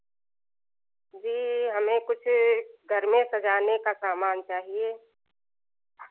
जी हमें कुछ घर में सजाने का सामान चाहिए